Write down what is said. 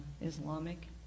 Islamic